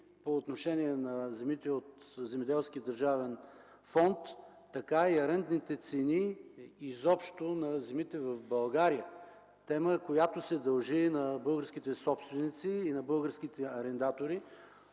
по отношение на земите от Земеделския държавен фонд, така и арендните цени изобщо на земите в България – тема, която се дължи на българските собственици и на българските арендатори,